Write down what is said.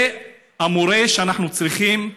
זה המורה שאנחנו צריכים.